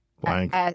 Blank